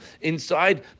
Inside